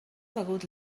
begut